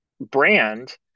brand